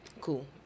Cool